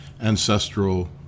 ancestral